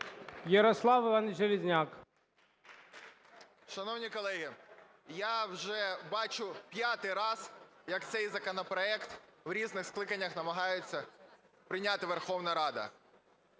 Ярослав Іванович Железняк. 17:31:43 ЖЕЛЕЗНЯК Я.І. Шановні колеги, я вже бачу п'ятий раз, як цей законопроект в різних скликаннях намагається прийняти Верховна Рада.